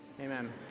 Amen